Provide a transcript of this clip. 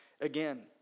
again